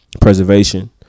Preservation